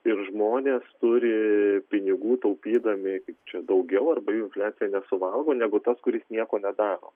ir žmonės turi pinigų taupydami čia daugiau arba jų infliacija nesuvalgo negu tas kuris nieko nedaro